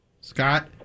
Scott